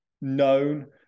known